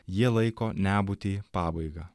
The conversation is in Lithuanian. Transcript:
jie laiko nebūtį pabaiga